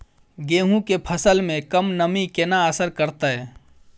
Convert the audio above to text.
गेंहूँ केँ फसल मे कम नमी केना असर करतै?